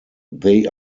they